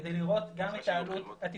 כדי לראות את העלות התפעולית,